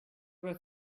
were